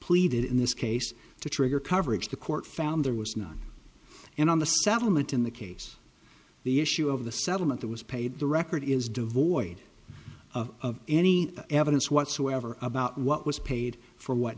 pleaded in this case to trigger coverage the court found there was none and on the settlement in the case the issue of the settlement that was paid the record is devoid of any evidence whatsoever about what was paid for what